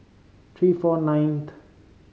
three four ninth